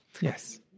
Yes